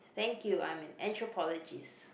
thank you I'm an anthropologist